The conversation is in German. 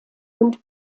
und